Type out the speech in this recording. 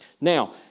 Now